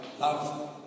love